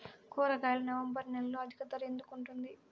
కూరగాయలు నవంబర్ నెలలో అధిక ధర ఎందుకు ఉంటుంది?